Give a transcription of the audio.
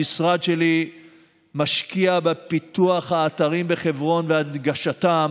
המשרד שלי משקיע בפיתוח האתרים בחברון והנגשתם,